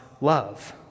love